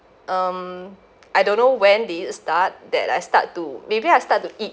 um I don't know when did it start that I start to maybe I start to eat